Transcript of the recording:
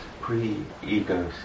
pre-ego